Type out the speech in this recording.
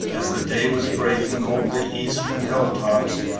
as the day was breaking over the eastern hill-tops,